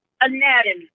anatomy